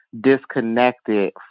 disconnected